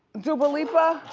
duba lipa?